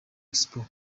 expo